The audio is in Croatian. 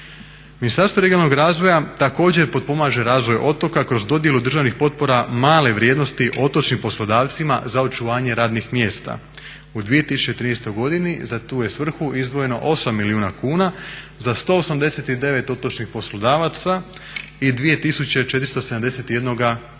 Ministarstvo regionalnog razvoja također potpomaže razvoj otoka kroz dodjelu državnih potpora male vrijednosti otočnim poslodavcima za očuvanje radnih mjesta. U 2013. godini za tu je svrhu izdvojeno 8 milijuna kuna za 189 otočnih poslodavaca i 2471